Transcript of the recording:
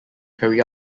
carry